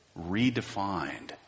redefined